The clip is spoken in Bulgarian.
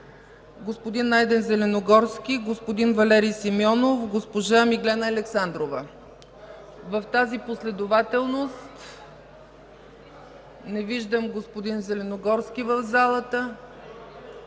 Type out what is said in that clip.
господин Найден Зеленогорски, господин Валери Симеонов и госпожа Миглена Александрова. В тази последователност – не виждам господин Зеленогорски в залата.